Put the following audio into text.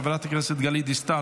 חברת הכנסת גלית דיסטל,